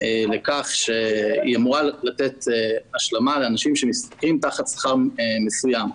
לכך שהיא אמורה לתת השלמה לאנשים שמשתכרים מתחת לשכר מסוים.